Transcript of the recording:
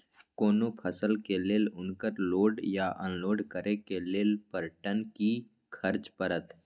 कोनो फसल के लेल उनकर लोड या अनलोड करे के लेल पर टन कि खर्च परत?